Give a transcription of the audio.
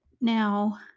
Now